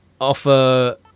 offer